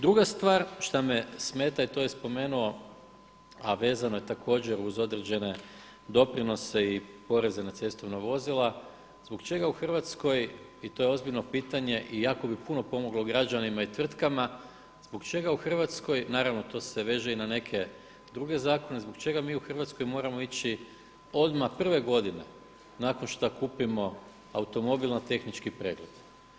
Druga stvar šta me smeta i to je spomenuo, a vezano je također uz određene doprinose i poreze na cestovna vozila, zbog čega u Hrvatskoj, i to je ozbiljno pitanje i jako bi puno pomoglo građanima i tvrtkama, zbog čega u Hrvatskoj, naravno to se veže i na neke druge zakone, zbog čega mi u Hrvatskoj moramo ići odmah prve godine nakon šta kupimo automobil na tehnički pregled.